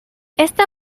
esta